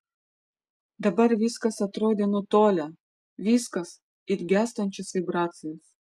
dabar viskas atrodė nutolę viskas it gęstančios vibracijos